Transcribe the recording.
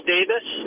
Davis